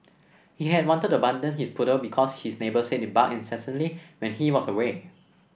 he had wanted to abandon his poodle because his neighbours said it barked incessantly when he was away